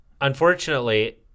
Unfortunately